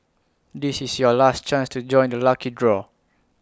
this is your last chance to join the lucky draw